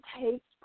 takes